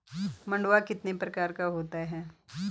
मंडुआ कितने प्रकार का होता है?